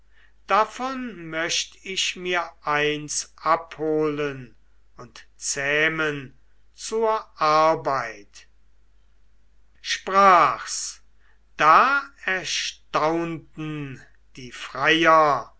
davon möcht ich mir eins abholen und zähmen zur arbeit sprach's da erstaunten die freier